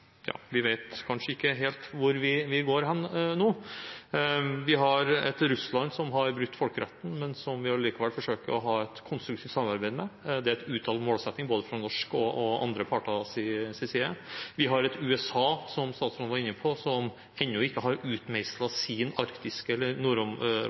vi kanskje ikke helt vet hvor vi går hen nå. Vi har et Russland som har brutt folkeretten, men som vi likevel forsøker å ha et konstruktivt samarbeid med. Det er en uttalt målsetting både fra norsk og andre parters side. Vi har et USA som – som statsråden var inne på – ennå ikke har